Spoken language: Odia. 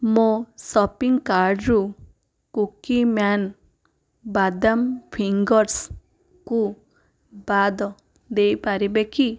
ମୋ ସପିଂ କାର୍ଟ୍ରୁ କୁକୀମ୍ୟାନ ବାଦାମ ଫିଙ୍ଗର୍ସ୍କୁ ବାଦ ଦେଇପାରିବେ କି